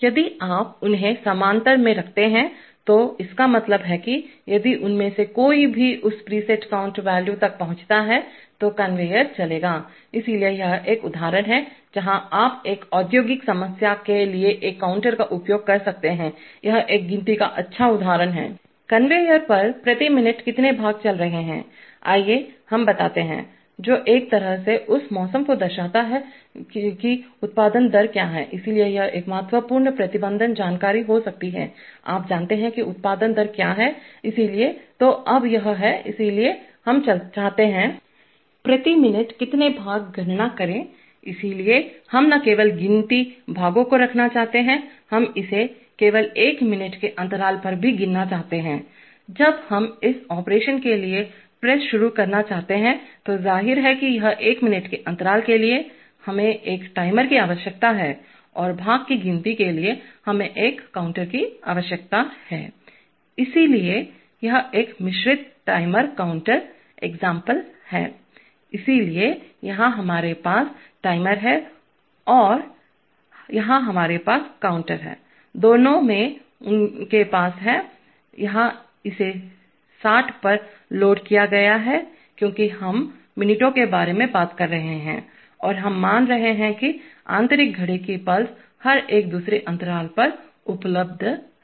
यदि आप उन्हें समानांतर में रखते हैं तो इसका मतलब है कि यदि उनमें से कोई भी उसप्रीसेट काउंट वैल्यू तक पहुंचता है तो कन्वेयर चलेगा इसलिए यह एक उदाहरण है जहां आप एक औद्योगिक समस्या के लिए एक काउंटर का उपयोग कर सकते हैं यह एक गिनती का अच्छा उदाहरण है कन्वेयर पर प्रति मिनट कितने भाग चल रहे हैं आइए हम बताते हैं जो एक तरह से उस मौसम को दर्शाता है कि उत्पादन दर क्या है इसलिए यह एक महत्वपूर्ण प्रबंधन जानकारी हो सकती है आप जानते हैं कि उत्पादन दर क्या है इसलिए तो अब यह है इसलिए हम चाहते हैं प्रति मिनट कितने भाग गणना करें इसलिए हम न केवल गिनती भागों को रखना चाहते हैं हम इसे केवल एक मिनट के अंतराल पर भी गिनना चाहते हैं जब हम इस ऑपरेशन के लिए प्रेस शुरू करना चाहते हैं तो जाहिर है कि यह एक मिनट के अंतराल के लिए हमें एक टाइमर की आवश्यकता है और भाग की गिनती के लिए हमें एक काउंटर की आवश्यकता है इसलिए यह एक मिश्रित टाइमर काउंटर एक्साम्प्ले है इसलिए यहां हमारे पास टाइमर है और यहां हमारे पास काउंटर है दोनों में उनके पास है यहां इसे 60 पर लोड किया गया है क्योंकि हम मिनटों के बारे में बात कर रहे हैं और हम मान रहे हैं कि आंतरिक घड़ी की पल्स हर एक दूसरे अंतराल पर उपलब्ध हैं